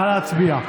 נא להצביע.